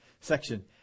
section